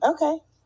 okay